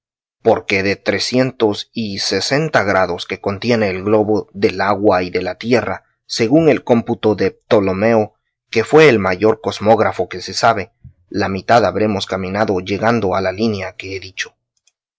porque de trecientos y sesenta grados que contiene el globo del agua y de la tierra según el cómputo de ptolomeo que fue el mayor cosmógrafo que se sabe la mitad habremos caminado llegando a la línea que he dicho